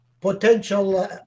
potential